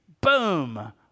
Boom